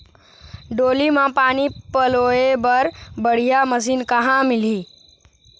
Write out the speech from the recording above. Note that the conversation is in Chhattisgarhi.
डोली म पानी पलोए बर बढ़िया मशीन कहां मिलही?